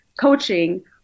coaching